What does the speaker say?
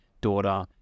daughter